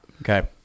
Okay